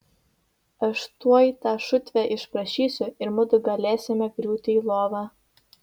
aš tuoj tą šutvę išprašysiu ir mudu galėsime griūti į lovą